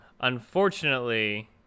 unfortunately